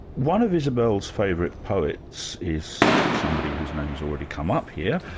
one of isabel's favourite poets is somebody whose name has already come up here,